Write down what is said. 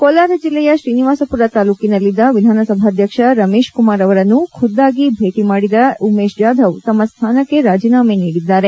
ಕೋಲಾರ ಜಿಲ್ಲೆಯ ಶ್ರೀನಿವಾಸಪುರ ತಾಲ್ಲೂಕಿನಲ್ಲಿದ್ದ ವಿಧಾನಸಭಾಧ್ಯಕ್ಷ ರಮೇಶ್ ಕುಮಾರ್ ಅವರನ್ನು ಖುದ್ದಾಗಿ ಭೇಟಿ ಮಾಡಿದ ಉಮೇಶ್ ಜಾದವ್ ತಮ್ಮ ಸ್ಥಾನಕ್ಕೆ ರಾಜೀನಾಮೆ ನೀಡಿದ್ದಾರೆ